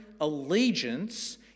allegiance